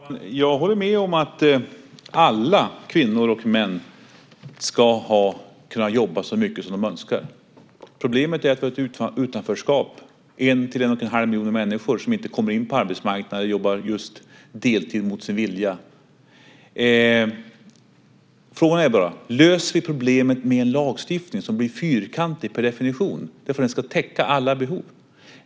Fru talman! Jag håller med om att alla kvinnor och män ska kunna jobba så mycket som de önskar. Problemet är att vi har ett utanförskap med en till en och en halv miljon människor som inte kommer in på arbetsmarknaden eller jobbar deltid mot sin vilja. Frågan är om vi löser problemet med en lagstiftning som blir fyrkantig per definition därför att den ska täcka alla behov.